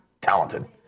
talented